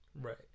right